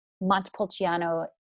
Montepulciano